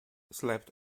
slept